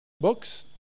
Books